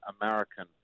American